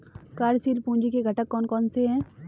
कार्यशील पूंजी के घटक कौन कौन से हैं?